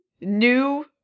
new